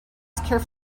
carefully